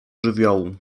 żywiołu